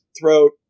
throat